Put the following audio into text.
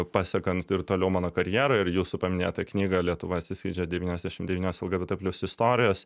pasekant ir toliau mano karjera ir jūsų paminėta knyga lietuva atsiskleidžia devyniasdešim devynios lgbt plius istorijos